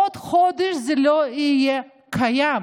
עוד חודש זה לא יהיה קיים.